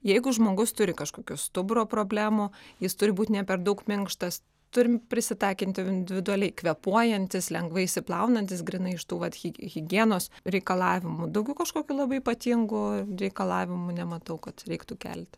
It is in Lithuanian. jeigu žmogus turi kažkokių stuburo problemų jis turi būt ne per daug minkštas turim prisitaikyti individualiai kvėpuojantys lengvai išsiplaunantys grynai iš tų vat higienos reikalavimų daugiau kažkokių labai ypatingų reikalavimų nematau kad reiktų kelti